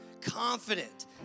confident